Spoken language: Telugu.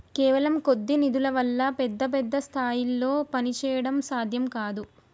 కేవలం కొద్ది నిధుల వల్ల పెద్ద పెద్ద స్థాయిల్లో పనిచేయడం సాధ్యం కాదు